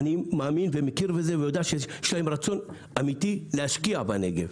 אני מכיר ויודע שיש להם רצון אמיתי להשקיע בנגב.